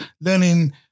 learning